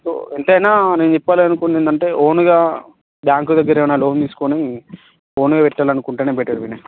so ఎంతైనా నేను చెప్పాలి అనుకుంది ఏందంటే ఓన్గా బ్యాంక్ దగ్గర ఏవైనా లోన్ తీసుకుని ఓన్గా పెట్టలనుకుంటేనే బెటర్ వినయ్